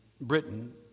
Britain